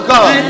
God